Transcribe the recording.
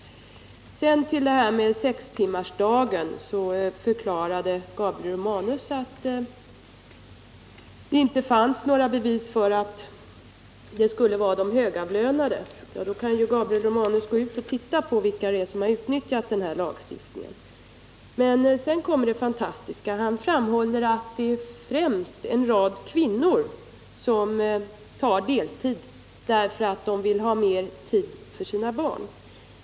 Beträffande sextimmarsdagen förklarade Gabriel Romanus att det inte finns några bevis på att de högavlönade utnyttjat lagen mest. Men Gabriel Romanus kan ju se efter vilka som har utnyttjat lagen. Sedan kom det ett fantastiskt uttalande: Gabriel Romanus sade att det främst är kvinnor som arbetar deltid, därför att de skall få mer tid att ägna sig åt sina barn.